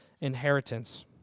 inheritance